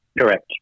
Correct